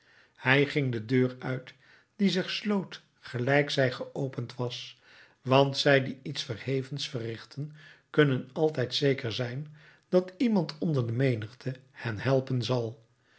hij ging de deur uit die zich sloot gelijk zij geopend was want zij die iets verhevens verrichten kunnen altijd zeker zijn dat iemand onder de menigte hen helpen zal